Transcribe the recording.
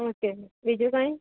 okay બીજું કાંઈ